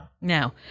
now